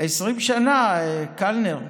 20 שנה, קלנר.